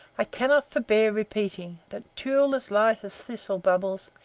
i cannot forbear repeating that tulle as light as thistle bubbles,